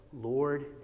Lord